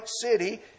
city